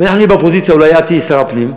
אם אנחנו נהיה באופוזיציה אולי את תהיי שר הפנים,